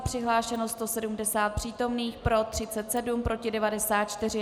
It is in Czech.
Přihlášeno 170 přítomných, pro 37, proti 94.